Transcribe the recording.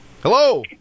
Hello